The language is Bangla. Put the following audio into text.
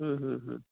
হুম হুম হুম